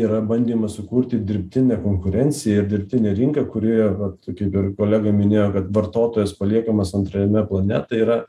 yra bandymas sukurti dirbtinę konkurenciją ir dirbtinę rinką kuri vat kaip ir kolega minėjo kad vartotojas paliekamas antrajame plane tai yra